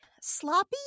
sloppy